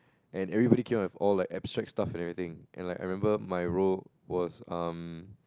and everybody keep on have like abstract stuff and everything and I remember my role was um